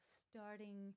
starting